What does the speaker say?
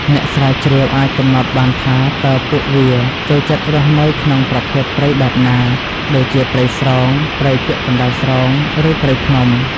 អ្នកស្រាវជ្រាវអាចកំណត់បានថា តើពួកវាចូលចិត្តរស់នៅក្នុងប្រភេទព្រៃបែបណា ដូចជាព្រៃស្រោង ព្រៃពាក់កណ្ដាលស្រោង ឬព្រៃភ្នំ។